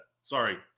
Sorry